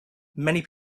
many